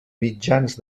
mitjans